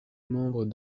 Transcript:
membres